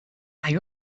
hay